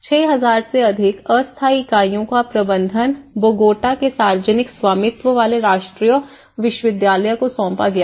6000 से अधिक अस्थायी इकाइयों का प्रबंधन बोगोटा के सार्वजनिक स्वामित्व वाले राष्ट्रीय विश्वविद्यालय को सौंपा गया था